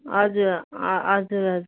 हजुर अँ हजुर हजुर